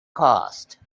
cost